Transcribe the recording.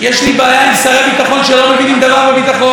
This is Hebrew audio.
יש לי בעיה עם שרי ביטחון שלא מבינים דבר בביטחון,